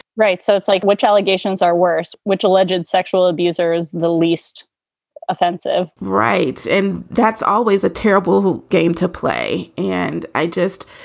right. so it's like which allegations are worse? which alleged sexual abusers? the least offensive right. and that's always a terrible game to play. and i just